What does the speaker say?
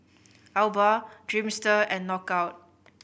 Alba Dreamster and Knockout